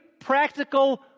practical